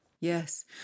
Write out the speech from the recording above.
Yes